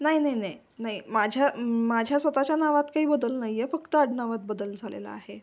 नाई नाई नाई नाई माझ्या माझ्या स्वतःच्या नावात काही बदल नाहीये फक्त आडनावात बदल झालेलं आहे